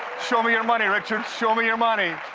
show me your money, richard, show me your money!